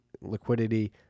liquidity